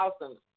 awesome